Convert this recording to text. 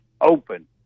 open